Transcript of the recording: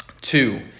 Two